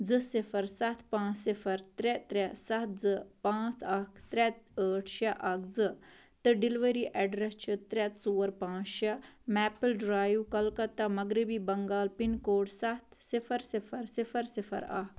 زٕ صِفَر سَتھ پانٛژھ صِفَر ترٛےٚ ترٛےٚ سَتھ زٕ پانٛژھ اَکھ ترٛےٚ ٲٹھ شےٚ اَکھ زٕ تہٕ ڈیٚلؤری ایٚڈرَس چھُ ترٛےٚ ژور پانٛژھ شےٚ میٚپٕل ڈرٛایُو کَلکتہ مغربی بنٛگال پِن کوڈ سَتھ صِفَر صِفَر صِفَر صِفَر اَکھ